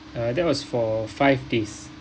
uh that was for five days